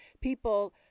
people